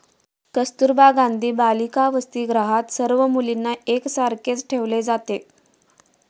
कस्तुरबा गांधी बालिका वसतिगृहात सर्व मुलींना एक सारखेच ठेवले जाते